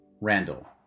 Randall